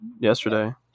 yesterday